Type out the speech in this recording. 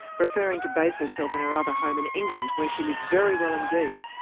preferring to base herself in her other home in england, where she lived very well indeed.